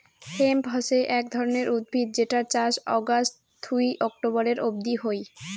hemp হসে এক ধরণের উদ্ভিদ যেটার চাষ অগাস্ট থুই অক্টোবরের অব্দি হই